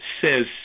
says